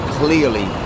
clearly